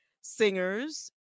singers